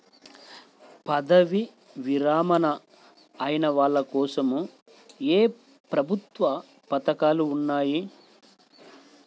పదవీ విరమణ అయిన వాళ్లకోసం ఏ ప్రభుత్వ పథకాలు ఉన్నాయి?